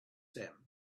them